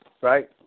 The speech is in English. right